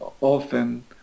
often